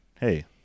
Hey